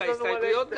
אבל הוא אמר לך